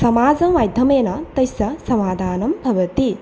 समाजमाध्यमेन तस्य समाधानं भवति